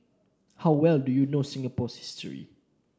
how well do you know Singapore's history